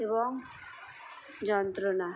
এবং যন্ত্রনা